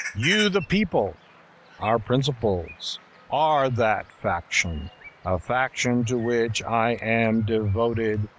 you, the people our principles are that faction a faction to which i am devoted,